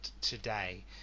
today